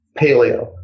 paleo